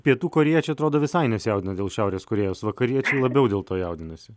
pietų korėjiečiai atrodo visai nesijaudina dėl šiaurės korėjos vakariečiai labiau dėl to jaudinasi